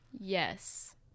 Yes